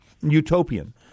utopian